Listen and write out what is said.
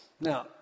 Now